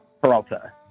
Peralta